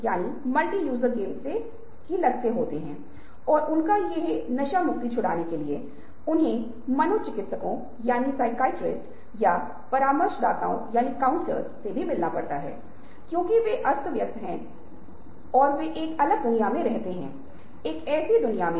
कौन क्या कहाँ कब क्यों कैसे विश्लेषण करने के लिए जैसे कुछ आपके सहायक हैं ताकि आप समस्या को गंभीर रूप से समझने के लिए प्रश्न पूछ सकें